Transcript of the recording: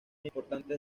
importantes